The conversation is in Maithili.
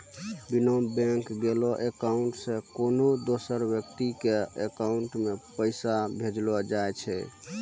बिना बैंक गेलैं अकाउंट से कोन्हो दोसर व्यक्ति के अकाउंट मे पैसा भेजलो जाय छै